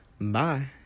Bye